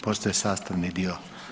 Postaje sastavni dio.